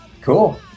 Cool